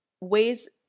ways